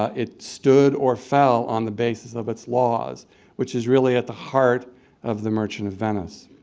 it stood or fell on the basis of its laws which is really at the heart of the merchant of venice.